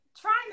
trying